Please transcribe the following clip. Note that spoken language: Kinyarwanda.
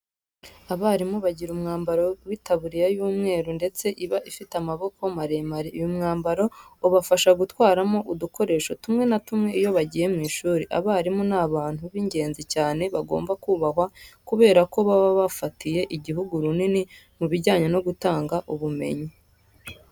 Abarimu bagira umwambaro w'itaburiya y'umweru ndetse iba ifite amaboko maremare. Uyu mwambaro ubafasha gutwaramo udukoresho tumwe na tumwe iyo bagiye mu ishuri. Abarimu ni abantu b'ingenzi cyane bagomba kubahwa kubera ko baba bafatiye igihugu runini mu bijyanye no gutanga ubumenyi.